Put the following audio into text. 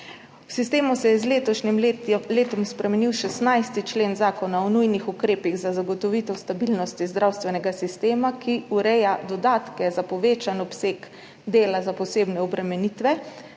V sistemu se je z letošnjim letom spremenil 16. člen Zakona o nujnih ukrepih za zagotovitev stabilnosti zdravstvenega sistema, ki ureja dodatke za povečan obseg dela za posebne obremenitve,